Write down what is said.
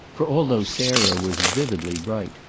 for, although sarah was vividly bright,